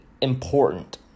important